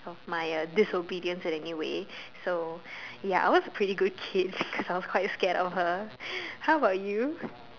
of my disobedience in any way so er ya I was a pretty good kid was quite scared of her how about you